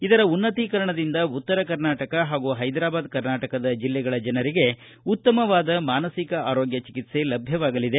ಇದರ ಉನ್ನತೀಕರಣದಿಂದ ಉತ್ತರ ಕರ್ನಾಟಕ ಹಾಗೂ ಹೈದ್ರಾಬಾದ್ ಕರ್ನಾಟಕದ ಜಿಲ್ಲೆಗಳ ಜನರಿಗೆ ಉತ್ತಮವಾದ ಮಾನಸಿಕ ಆರೋಗ್ಯ ಚಿಕಿತ್ಸೆ ಲಭ್ಯವಾಗಲಿದೆ